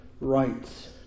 rights